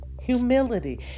Humility